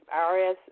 IRS